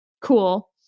cool